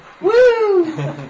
Woo